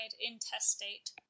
intestate